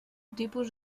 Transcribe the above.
tipus